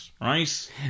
right